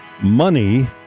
Money